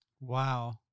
Wow